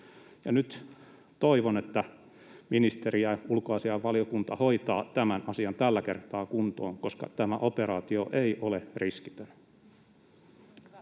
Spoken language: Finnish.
nyt toivon, että ministeri ja ulkoasiainvaliokunta hoitavat tämän asian tällä kertaa kuntoon, koska tämä operaatio ei ole riskitön.